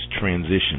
transition